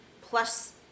plus